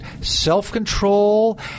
self-control